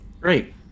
Great